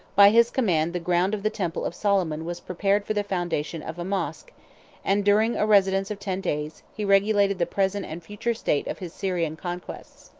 by his command the ground of the temple of solomon was prepared for the foundation of a mosch and, during a residence of ten days, he regulated the present and future state of his syrian conquests.